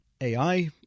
AI